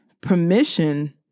permission